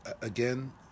again